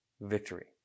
victory